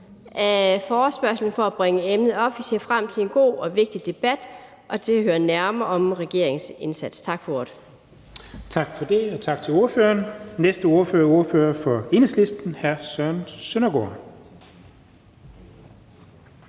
af forespørgslen for at bringe emnet op. Vi ser frem til en god og vigtig debat og til at høre nærmere om regeringens indsats. Tak for ordet. Kl. 19:12 Den fg. formand (Jens Henrik Thulesen Dahl): Tak til ordføreren. Den næste er ordføreren for Enhedslisten, hr. Søren Søndergaard.